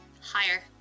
Higher